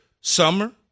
summer